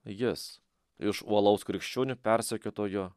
jis iš uolaus krikščionių persekiotojo